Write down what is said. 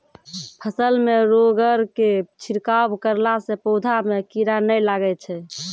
फसल मे रोगऽर के छिड़काव करला से पौधा मे कीड़ा नैय लागै छै?